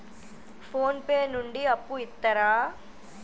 Phone pay నుండి అప్పు ఇత్తరా?